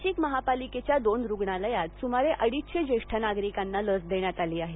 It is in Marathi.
नाशिक महापालिकेच्या दोन रुग्णालयात सुमारे अडीचशे जेष्ठ नागरिकांना लस देण्यात आली आहे